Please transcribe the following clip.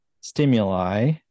stimuli